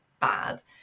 bad